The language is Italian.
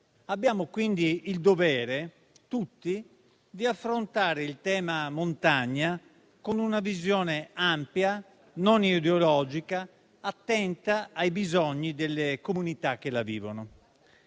Abbiamo quindi tutti il dovere di affrontare il tema montagna con una visione ampia, non ideologica e attenta ai bisogni delle comunità che la vivono.